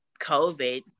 COVID